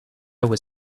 was